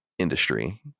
Industry